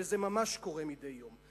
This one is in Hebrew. וזה ממש קורה מדי יום.